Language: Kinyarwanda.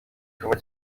gikorwa